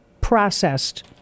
processed